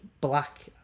black